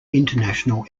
international